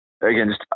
again